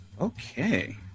Okay